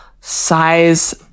size